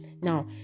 Now